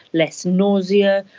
less nausea,